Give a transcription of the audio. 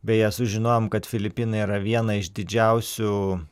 beje sužinojom kad filipinai yra viena iš didžiausių